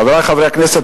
חברי חברי הכנסת,